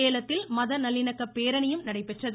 சேலத்தில் மத நல்லிணக்க பேரணியும் நடைபெற்றது